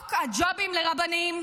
חוק הג'ובים לרבנים,